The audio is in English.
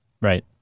Right